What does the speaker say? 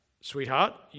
Sweetheart